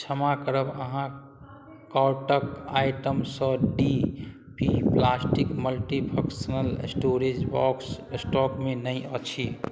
क्षमा करब अहाँके आउटके आइटमसँ D P plastic multifunctional storage box एस्टॉकमे नहि अछि